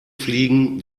fliegen